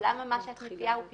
למה מה שאת מציעה הוא פתרון?